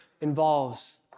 involves